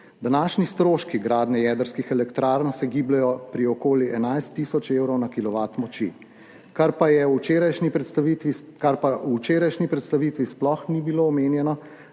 Današnji stroški gradnje jedrskih elektrarn se gibljejo pri okoli 11 tisoč evrov na kilovat moči. Kar pa v včerajšnji predstavitvi sploh ni bilo omenjeno,